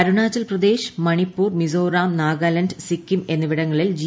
അരുണാചൽ പ്രദേശ് മണിപ്പൂർ മിസോറാം നാഗാലാൻഡ് സിക്കിം എന്നിവിടങ്ങളിൽ ജി